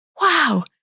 wow